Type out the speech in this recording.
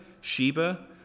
Sheba